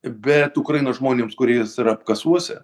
bet ukrainos žmonėms kur jis yra apkasuose